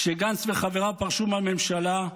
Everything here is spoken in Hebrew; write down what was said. כשגנץ וחבריו פרשו מהממשלה,